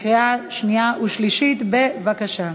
לקריאה שנייה ושלישית, בבקשה.